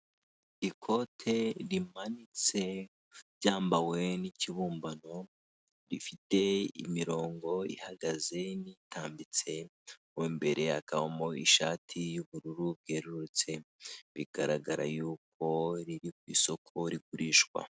Ikote rimanitse ryambawe n'ikibumbano rifite imirongo ihagaze n'itambitse mu imbere hakabamo ishati y'ubururu bwerurutse bigaragara yuko riri ku isoko rigurishwa.